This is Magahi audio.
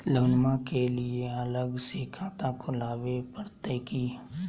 लोनमा के लिए अलग से खाता खुवाबे प्रतय की?